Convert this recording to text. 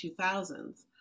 2000s